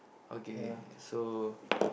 okay so